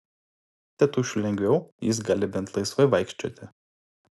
tėtušiui lengviau jis gali bent laisvai vaikščioti